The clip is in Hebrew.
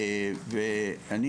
לדעתי,